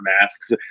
masks